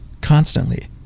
constantly